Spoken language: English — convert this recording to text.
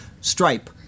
stripe